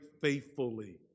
faithfully